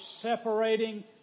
separating